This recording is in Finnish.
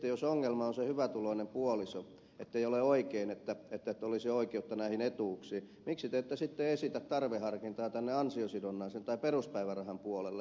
jos ongelma on se hyvätuloinen puoliso ettei ole oikein että olisi oikeutta näihin etuuksiin miksi te ette sitten esitä tarveharkintaa tänne ansiosidonnaisen tai peruspäivärahan puolelle